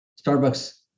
Starbucks